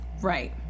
Right